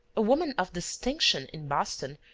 a woman of distinction in boston,